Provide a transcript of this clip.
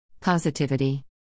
Positivity